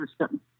system